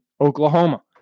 Oklahoma